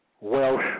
Welsh